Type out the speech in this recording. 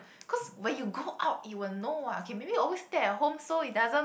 cause when you go out you will know what okay maybe you always stay at home so it doesn't